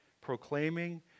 proclaiming